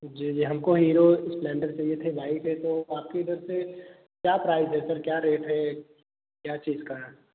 जी जी हमको Hero Splendor चाहिए चाहिए थी बाइक है तो आप इधर से क्या प्राइस है सर क्या रेट है क्या चीज़ का